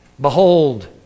Behold